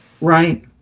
Right